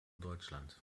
deutschland